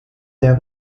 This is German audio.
der